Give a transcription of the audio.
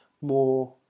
more